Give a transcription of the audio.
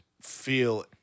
feel